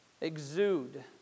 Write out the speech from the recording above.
exude